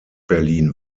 berlin